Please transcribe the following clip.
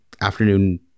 afternoon